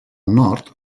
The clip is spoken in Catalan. nord